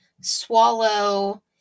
swallow